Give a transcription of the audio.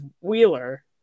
Wheeler